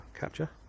capture